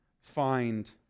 find